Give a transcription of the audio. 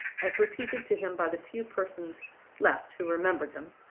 as repeated to him by the few persons left who remembered them,